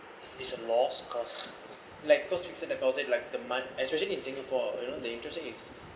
this is a loss cause like cause fixture deposit like the month especially in singapore you know the interest rate is